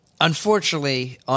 unfortunately